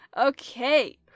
Okay